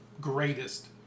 greatest